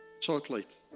chocolate